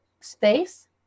space